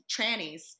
trannies